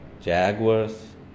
jaguars